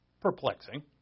perplexing